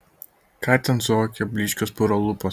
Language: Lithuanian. ką ten suokia blyškios puro lūpos